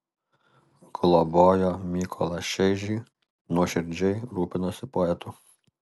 globojo mykolą šeižį nuoširdžiai rūpinosi poetu